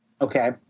Okay